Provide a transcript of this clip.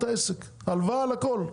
הלוואה על הכל.